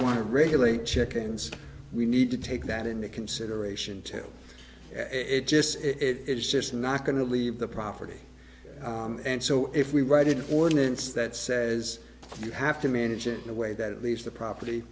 want to regulate chickens we need to take that into consideration too it just it's just not going to leave the property and so if we righted ordinance that says you have to manage it in a way that leaves the proper